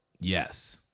Yes